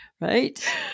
Right